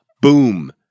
boom